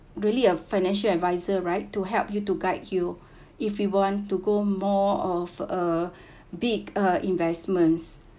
really a financial adviser right to help you to guide you if you want to go more of a big uh investments